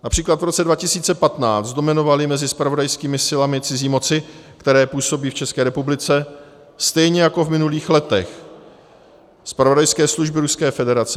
Například v roce 2015 dominovaly mezi zpravodajskými silami cizí moci, které působí v České republice, stejně jako v minulých letech zpravodajské služby Ruské federace.